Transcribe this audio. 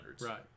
Right